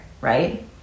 right